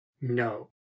no